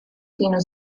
kienu